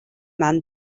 man